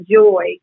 joy